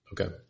Okay